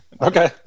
Okay